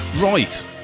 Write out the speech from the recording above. Right